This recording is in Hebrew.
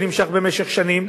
שנמשך שנים,